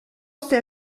sais